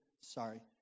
sorry